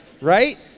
right